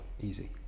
easy